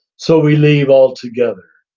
so we leave altogether.